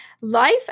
Life